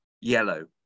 Yellow